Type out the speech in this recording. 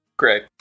Great